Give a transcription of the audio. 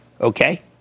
okay